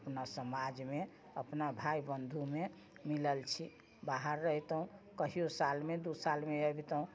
अपना समाजमे अपना भाइ बन्धुमे मिलल छी बाहर रहितहुँ कहियो सालमे दू सालमे अबितहुँ